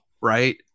right